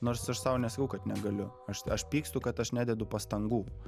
nors aš sau nesakiau kad negaliu aš aš pykstu kad aš nededu pastangų